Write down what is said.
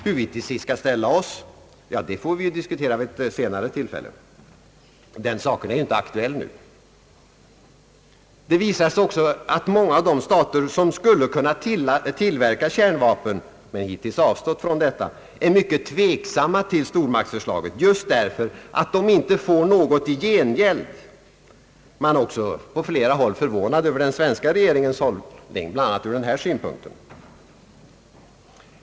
Hur vi till sist skall ställa oss får vi diskutera vid ett senare tillfälle — den saken är inte aktuell nu. Det visar sig också att många av de stater, som skulle kunna tillverka kärnvapen men hittills avstått från detta, är mycket tveksamma mot stormaktsförslaget just därför att de inte får något i gengäld. Man är också på flera håll förvånad över den svenska regeringens hållning, bl.a. ur denna synpunkt.